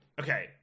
okay